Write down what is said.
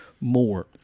more